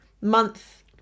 Month